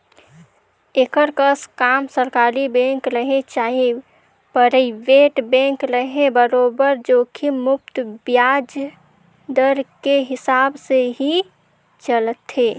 एकर कस काम सरकारी बेंक रहें चाहे परइबेट बेंक रहे बरोबर जोखिम मुक्त बियाज दर के हिसाब से ही चलथे